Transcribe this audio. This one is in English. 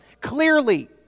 clearly